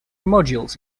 modules